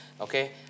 okay